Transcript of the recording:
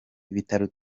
ibitaro